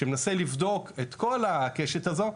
שמנסה לבדוק את כל הקשת הזו,